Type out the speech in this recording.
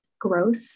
growth